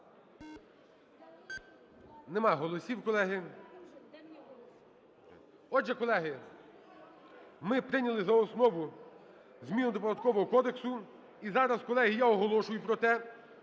Нема голосів, колеги. Отже, колеги, ми прийняли за основу зміну до Податкового кодексу. І зараз, колеги, я оголошую про те,